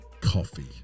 Coffee